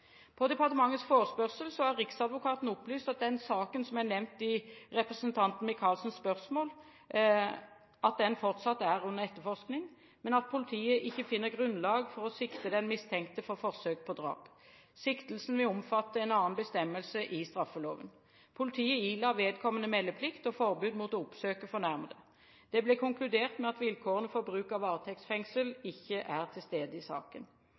På departementets forespørsel har Riksadvokaten opplyst at den saken som er nevnt i representanten Michaelsens spørsmål, fortsatt er under etterforskning, men at politiet ikke finner grunnlag for å sikte den mistenkte for forsøk på drap. Siktelsen vil omfatte en annen bestemmelse i straffeloven. Politiet ila vedkommende meldeplikt og forbud mot å oppsøke den fornærmede. Det ble konkludert med at vilkårene for bruk av varetektsfengsel ikke er til stede i saken.